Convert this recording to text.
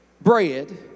bread